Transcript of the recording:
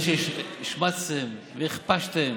זה שהשמצתם והכפשתם